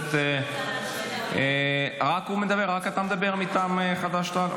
רק אתה מדבר מטעם חד"ש-תע"ל?